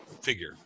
figure